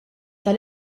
tal